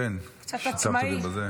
קצת עצמאי.